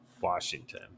Washington